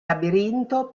labirinto